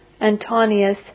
Antonius